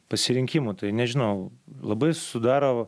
pasirinkimų tai nežinau labai sudaro